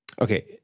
Okay